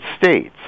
States